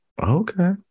Okay